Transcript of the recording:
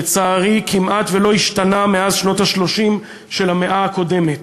שלצערי כמעט לא השתנה מאז שנות ה-30 של המאה הקודמת,